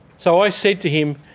so i said to him,